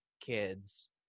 kids